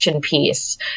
piece